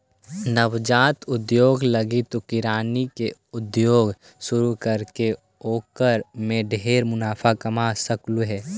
नवजात उद्योग लागी तु किनारी के उद्योग शुरू करके ओकर में ढेर मुनाफा कमा सकलहुं हे